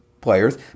players